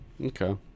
Okay